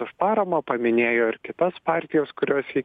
už paramą paminėjo ir kitas partijas kurios jį